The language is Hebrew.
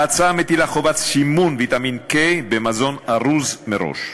ההצעה מטילה חובת סימון ויטמין K במזון ארוז מראש.